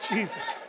Jesus